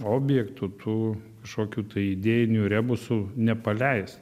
objektų tų kažkokių tai idėjinių rebusų nepaleist